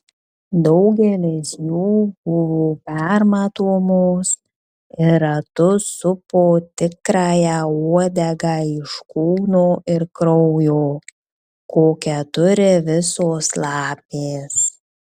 daugelis jų buvo permatomos ir ratu supo tikrąją uodegą iš kūno ir kraujo kokią turi visos lapės